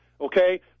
Okay